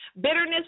Bitterness